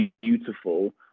beautiful